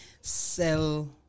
sell